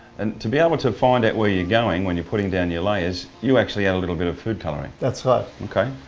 and to be able to find out where you're going when you're putting down your layers, you actually add a little bit of food coloring. that's right. okay,